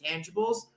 intangibles